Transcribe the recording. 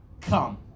come